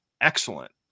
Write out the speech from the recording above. excellent